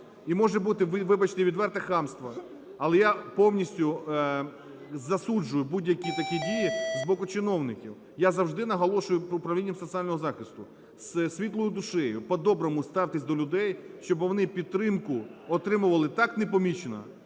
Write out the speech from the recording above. і може бути, вибачте, відверте хамство. Але я повністю засуджую будь-які такі дії з боку чиновників. Я завжди наголошую управлінням соціального захисту – з світлою душею, по-доброму ставтесь до людей, щоби вони підтримку отримували так непомічено,